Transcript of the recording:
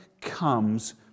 comes